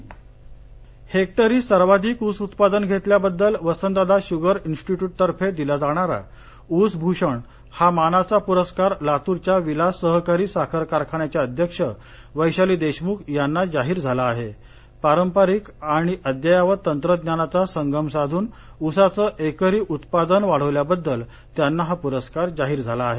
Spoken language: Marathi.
परस्कार लातर हेक्टरी सर्वाधिक ऊस उत्पादन घेतल्याबद्दल वसंतदादा शुगर इन्स्टिट्यूटतर्फे दिला जाणारा ऊस भूषण हा मानाचा पूरस्कार लातूरच्या विलास सहकारी साखर कारखान्याच्या अध्यक्ष वेशाली देशमुख यांना जाहीर झाला आहे पारंपरिक आणि अद्यावत तंत्रज्ञानाचा संगम साधून ऊसाचं एकरी उत्पादन वाढवल्याबद्दल त्यांना हा पुरस्कार जाहीर झाला आहे